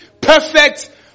perfect